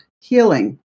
Healing